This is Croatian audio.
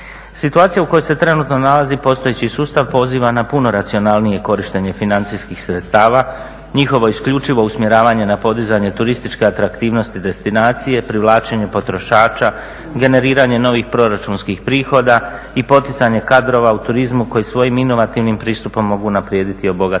Situacija u kojoj se trenutno nalazi postojeći sustav poziva na puno racionalnije korištenje financijskih sredstava, njihovo isključivo usmjeravanje na podizanje turističke atraktivnosti destinacije, privlačenje potrošača, generiranje novih proračunskih prihoda i poticanje kadrova u turizmu koji svojim inovativnim pristupom mogu unaprijediti i obogatiti